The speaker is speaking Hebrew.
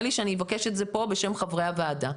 לי שאני אבקש את זה פה בשם חברי הוועדה,